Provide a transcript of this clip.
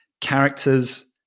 characters